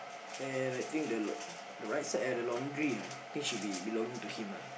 and I think the lau~ the right side at the laundry ah I think it should be belonging to him ah